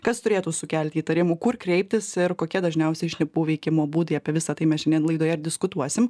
kas turėtų sukelti įtarimų kur kreiptis ir kokie dažniausiai šnipų veikimo būdai apie visa tai mes šiandien laidoje ir diskutuosim